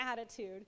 attitude